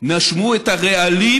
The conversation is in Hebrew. נשמו את הרעלים